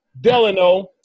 Delano